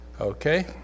Okay